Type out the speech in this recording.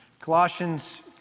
Colossians